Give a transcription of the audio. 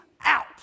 out